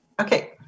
Okay